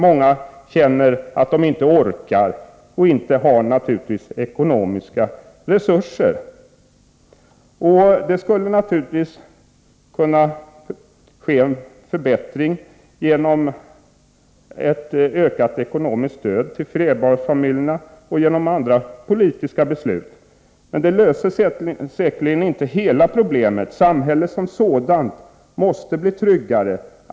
Många känner att de inte orkar och inte har ekonomiska resurser. En förbättring av situationen skulle naturligtvis kunna ske genom ett ökat ekonomiskt stöd till flerbarnsfamiljerna och genom andra politiska beslut. Men det löser säkerligen inte hela problemet. Samhället som sådant måste bli tryggare.